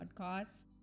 podcast